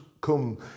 come